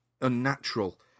unnatural